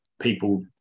people